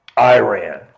Iran